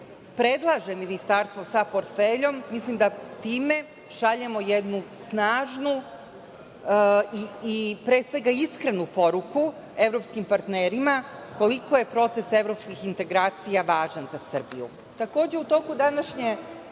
predlaže ministarstvo sa portfeljom, mislim da time šaljemo jednu snažnu i, pre svega, jednu iskrenu poruku evropskim partnerima koliko je proces evropskih integracija važan za Srbiju. Takođe, u toku današnje